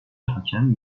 hakem